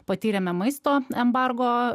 patyrėme maisto embargo